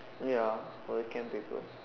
ya for the Chem paper